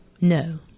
No